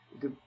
De